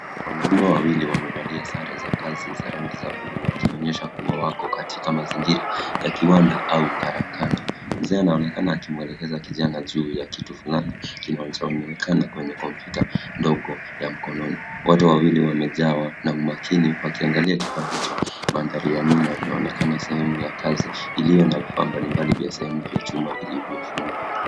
Wanaume wawili wamevalia sare za kazi za rangi ya buluu wakionyesha kuwa wako katika mazingira ya kiwanda au karakana. Mzee anaonekana akimwelekeza kijana juu ya kitu fulani kinachoonekana kwenye kompyuta ndogo ya mkononi. Wote wawili wamejawa na umakini wakiangalia kifaa hicho. Mandhari ya nyuma inaonekana sehemu ya kazi iliyo na vifaa mbalimbali vya sehemu vya chuma vilivyofungwa.